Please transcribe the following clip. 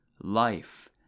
life